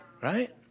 right